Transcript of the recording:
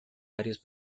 varios